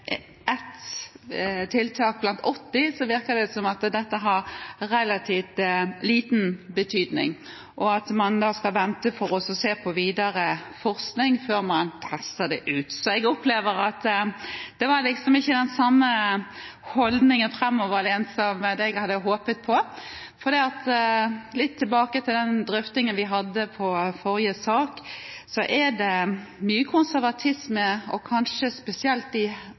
tiltak blant 80, virker det som om dette har relativt liten betydning, og at man vil vente for å se på videre forskning før man presser det ut. Så jeg opplever at det ikke var den framoverlente holdningen som jeg hadde håpet på. Og hvis vi ser litt tilbake på den drøftingen vi hadde i forrige sak, er det mye konservatisme, kanskje spesielt